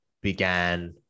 began